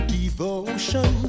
devotion